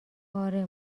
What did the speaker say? اره